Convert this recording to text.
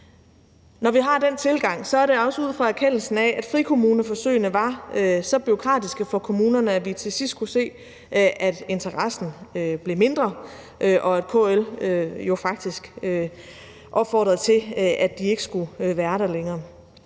Når vi har den tilgang, er det også ud fra erkendelsen af, at frikommuneforsøgene var så bureaukratiske for kommunerne, at vi til sidst kunne se, at interessen blev mindre, og at KL jo faktisk opfordrede til, at de ikke skulle være der længere.